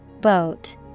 Boat